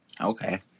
Okay